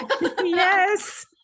Yes